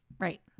Right